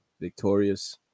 victorious